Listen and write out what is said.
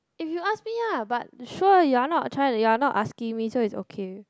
if you ask me lah but sure you're not a child you're not asking me so is okay